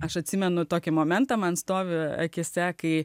aš atsimenu tokį momentą man stovi akyse kai